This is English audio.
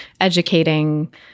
educating